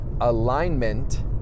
Alignment